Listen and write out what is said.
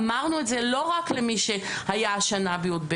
אמרנו את זה לא רק למי שהיה השנה בי"ב,